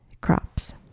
crops